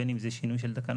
בין אם זה שינוי של תקנות,